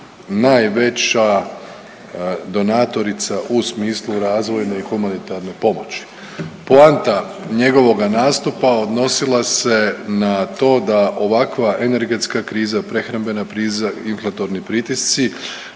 najveća donatorica u smislu razvojne i humanitarne pomoći. Poanta njegova nastupa odnosila se na to da ovakva energetska kriza, prehrambena kriza i inflatorni pritisci